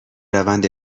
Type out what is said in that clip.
روند